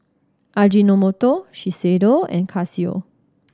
Ajinomoto Shiseido and Casio